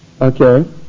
Okay